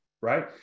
right